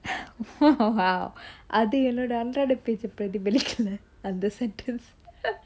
!wow! அது என்னோட அன்றாட பேச்ச பிரதிபலிக்கல அந்த:athu ennoda antrada pecha pirathipalikkala antha sentence